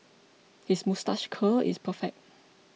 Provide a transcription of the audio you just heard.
his moustache curl is perfect